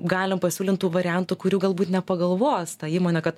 galim pasiūlint tų variantų kurių galbūt nepagalvos ta įmonė kad